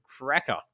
cracker